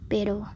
Pero